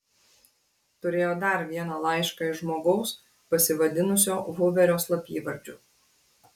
turėjo dar vieną laišką iš žmogaus pasivadinusio huverio slapyvardžiu